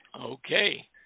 Okay